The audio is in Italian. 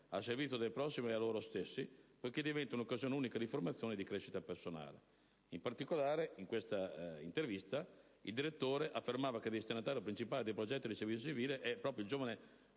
al servizio del prossimo e a loro stessi poiché diventa un'occasione unica di formazione e di crescita personale». In particolare, il direttore affermava che il destinatario principale dei progetti di Servizio civile è proprio il giovane